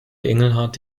engelhart